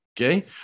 okay